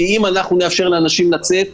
כי אם נאפשר לאנשים לצאת,